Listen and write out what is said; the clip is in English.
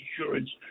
insurance